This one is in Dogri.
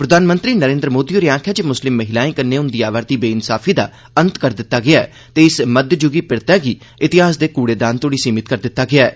प्रधानमंत्री नरेन्द्र मोदी होरें आखेआ जे मुस्लिम महिलाए कन्नै हुंदी आवै'रदी बेइंसाफी दा अंत करी दित्ता गेआ ऐ ते इस मध्ययुगी पिरतै गी इतिहास दे कूडेदान तोड़ी सीमित करी दित्ता गेआ ऐ